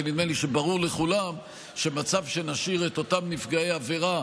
כי נדמה לי שברור לכולם שמצב שבו נשאיר את אותם נפגעי עבירה